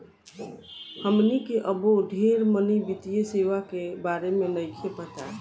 हमनी के अबो ढेर मनी वित्तीय सेवा के बारे में नइखे पता